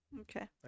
Okay